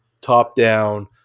top-down